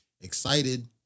excited